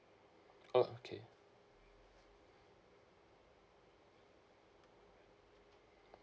oh okay